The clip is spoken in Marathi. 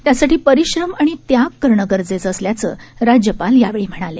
त्यासाठीपरिश्रमआणित्यागकरणंगरजेचंअसल्याचंराज्यपालयावेळीम्हणाले